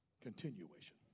Continuation